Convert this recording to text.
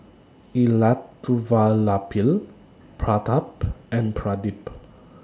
Elattuvalapil Pratap and Pradip